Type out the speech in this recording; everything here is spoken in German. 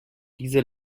diese